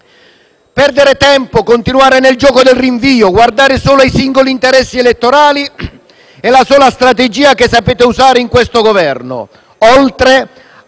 Perdere tempo, continuare nel gioco del rinvio, guardare solo ai singoli interessi elettorali è la sola strategia che sa usare il Governo, oltre a